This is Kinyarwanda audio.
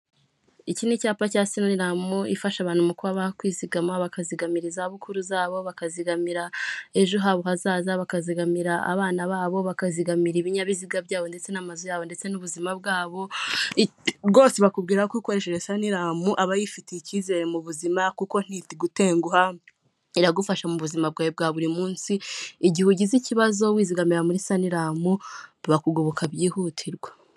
Iki ni icyapa cya saniramu ifasha abantu mu kuba bakwizigamira, bakazigamira izabukuru zabo, bakazigamira ejo habo hazaza, bakazigamira abana babo, bakazigamira ibinyabiziga byabo, ndetse n'amazu yabo ndetse n'ubuzima bwabo, rwose bakubwira ko ukoresheje saniramu abayifitiye icyizere mu buzima kuko ntigutenguha iragufasha mu buzima bwawe bwa buri munsi igihe ugize ikibazo wizigamira muri saniramu bakugoboka byihutirwa.